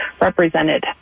represented